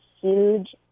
huge